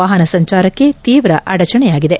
ವಾಹನ ಸಂಚಾರಕ್ತೆ ತೀವ್ರ ಅಡಚಣೆಯಾಗಿದೆ